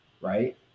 right